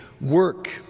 work